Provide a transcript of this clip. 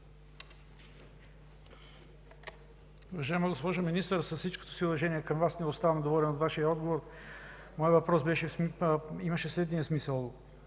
Уважаема госпожо Министър, с всичкото ми уважение към Вас, не оставам доволен от Вашия отговор. Въпросът ми имаше следния смисъл: